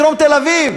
בדרום תל-אביב.